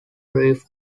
riff